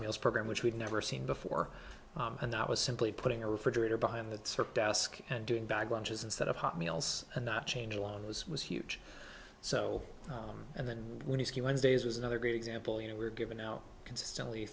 meals program which we've never seen before and that was simply putting a refrigerator behind that sort of desk and doing bag lunches instead of hot meals and not change a lot of those was huge so and then when you see wednesdays was another great example you know we're giving now consistently